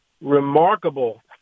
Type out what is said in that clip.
remarkable